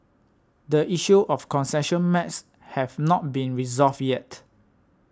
the issue of concession maps have not been resolved yet